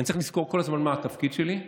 אני צריך לזכור כל הזמן מה התפקיד שלי.